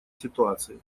ситуации